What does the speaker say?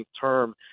term